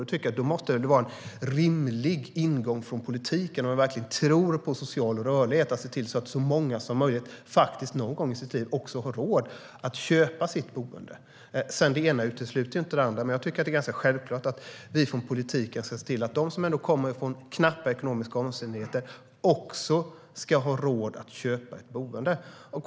Då tycker jag att det måste vara en rimlig ingång från politiken, om man verkligen tror på social rörlighet, att se till att så många som möjligt någon gång i sitt liv har råd att köpa sitt boende. Sedan utesluter inte det ena det andra. Jag tycker att det är ganska självklart att vi från politiken ser till att de som kommer från knappa ekonomiska omständigheter också ska ha råd att köpa ett boende.